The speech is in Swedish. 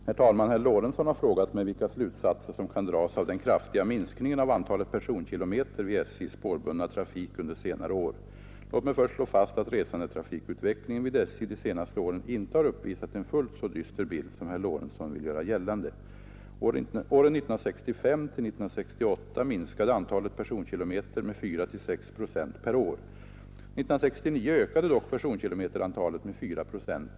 Herr talman! Herr Lorentzon har frågat mig vilka slutsatser som kan dras av den kraftiga minskningen av antalet personkilometer vid SJ:s spårbundna trafik under senare år. Låt mig först slå fast att resandetrafikutvecklingen vid SJ de senaste åren inte har uppvisat en fullt så dyster bild som herr Lorentzon vill göra gällande. Åren 1965—1968 minskade antalet personkilometer med 4—6 procent per år. År 1969 ökade dock personkilometertalet med 4 procent.